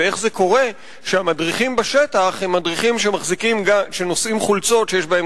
ואיך קורה שהמדריכים בשטח נושאים חולצות שיש בהן